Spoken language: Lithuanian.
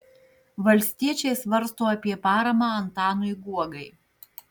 valstiečiai svarsto apie paramą antanui guogai